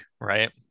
right